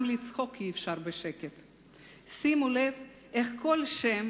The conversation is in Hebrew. גם לצחוק אי-אפשר בשקט./ שימו לב איך כל שם